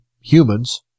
humans